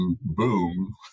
boom